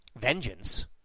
vengeance